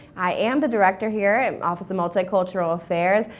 i am the director here at office of multicultural affairs,